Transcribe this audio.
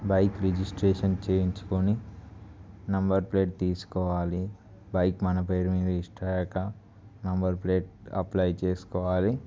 bike registration చేయించుకుని number plate తీసుకోవాలి bike మన పేరు మీద రిజిస్టర్ అయ్యాక నెంబర్ ప్లేట్ అప్లై చేసుకోవాలి